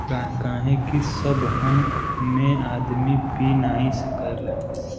काहे कि सबहन में आदमी पी नाही सकला